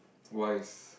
wise